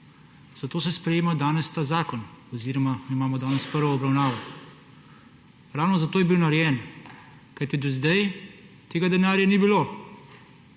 zato se sprejema danes ta zakon oziroma imamo danes prvo obravnavo. Ravno zato je bil narejen, kajti do zdaj tega denarja ni bilo